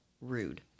rude